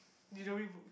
you don't read book